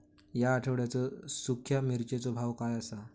या आठवड्याचो सुख्या मिर्चीचो भाव काय आसा?